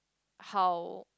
how